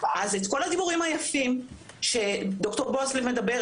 את כל הדיבורים היפים שד"ר בועז לב מדבר,